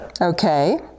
okay